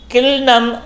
Kilnam